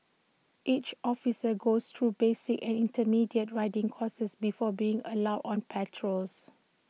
each officer goes through basic and intermediate riding courses before being allowed on patrols